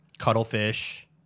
cuttlefish